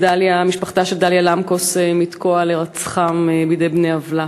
ולמשפחתה של דליה למקוס מתקוע על הירצחם בידי בני עוולה.